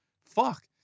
fuck